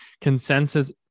Consensus